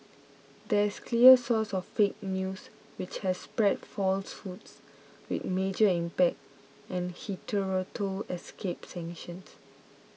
there is clear source of 'fake news' which has spread falsehoods with major impact and hitherto escaped sanctions